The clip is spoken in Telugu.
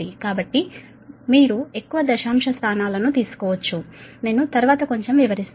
కాబట్టి మీరు ఎక్కువ దశాంశ స్థానాలను తీసుకోవచ్చు నేను తరువాత కొంచెం వివరిస్తాను